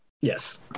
Yes